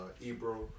ebro